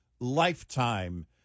lifetime